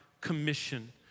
commission